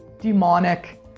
demonic